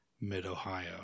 mid-Ohio